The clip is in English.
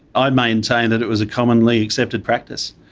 i'd maintain that it was a commonly accepted practice.